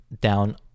down